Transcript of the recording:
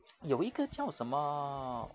有一个叫什么